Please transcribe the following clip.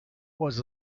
was